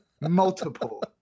Multiple